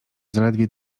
zaledwie